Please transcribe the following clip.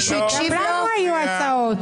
גם לנו היו הצעות.